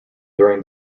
during